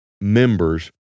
members